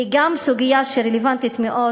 היא גם סוגיה שרלוונטית מאוד